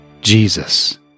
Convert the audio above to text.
Jesus